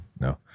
no